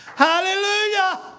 Hallelujah